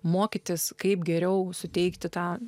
mokytis kaip geriau suteikti tą